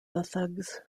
thugs